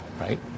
right